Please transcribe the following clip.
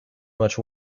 much